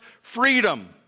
freedom